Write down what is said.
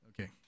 Okay